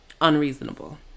unreasonable